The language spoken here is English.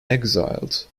exiled